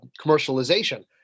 commercialization